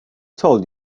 told